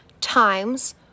times